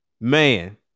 man